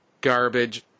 garbage